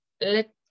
Let